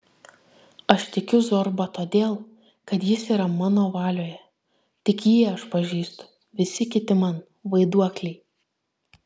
aš tikiu zorba todėl kad jis yra mano valioje tik jį aš pažįstu visi kiti man vaiduokliai